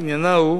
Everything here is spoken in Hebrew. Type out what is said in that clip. עניינה הוא